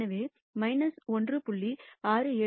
எனவே 1